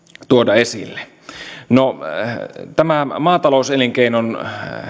tuoda esille tämä maatalouselinkeinon